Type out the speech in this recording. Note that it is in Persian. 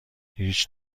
هیچ